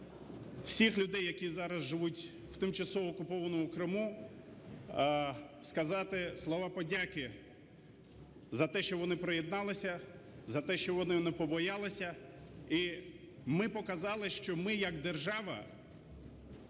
всіх людей, які зараз живуть в тимчасово окупованому Криму, сказати слова подяки за те, що вони приєдналися, за те, що вони не побоялися, і ми показали що ми як держава